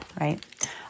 Right